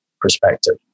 perspective